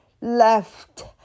left